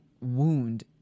wound